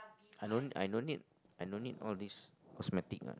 I don't I don't need I don't need all these cosmetic lah